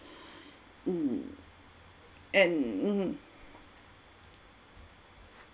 mm and mmhmm